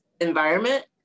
environment